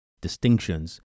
distinctions